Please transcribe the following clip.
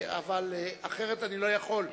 אחרת אני לא יכול,